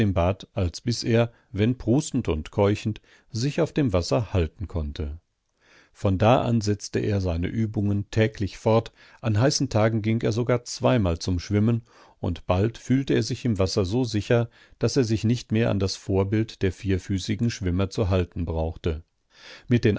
als bis er wenn prustend und keuchend sich auf dem wasser halten konnte von da an setzte er seine übungen täglich fort an heißen tagen ging er sogar zweimal zum schwimmen und bald fühlte er sich im wasser so sicher daß er sich nicht mehr an das vorbild der vierfüßigen schwimmer zu halten brauchte mit den